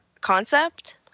concept